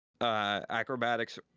acrobatics